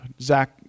Zach